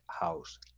House